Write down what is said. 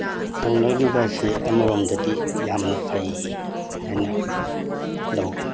ꯍꯣꯡꯂꯛꯂꯤꯕ ꯑꯁꯤ ꯑꯃꯔꯣꯝꯗꯗꯤ ꯌꯥꯝꯅ ꯐꯩ ꯍꯥꯏꯅ ꯂꯧꯋꯤ